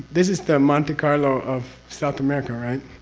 this is the monte carlo of south america, right?